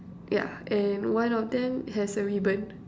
yeah and one of them has a ribbon